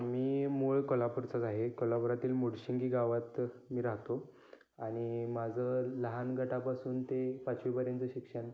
मी मूळ कोल्हापूरचाच आहे कोल्हापुरातील मुडशिंगी गावात मी राहतो आणि माझं लहान गटापासून ते पाचवीपर्यंतचं शिक्षण